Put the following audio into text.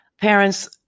parents